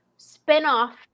Spin-off